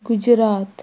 Gujarat